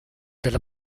della